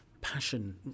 passion